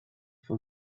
for